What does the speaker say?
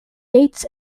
dates